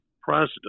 president